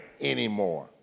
anymore